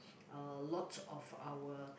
a lot of our